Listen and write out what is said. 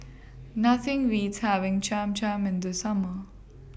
Nothing Beats having Cham Cham in The Summer